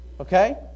Okay